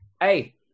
Hey